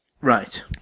Right